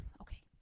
Okay